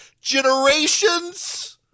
generations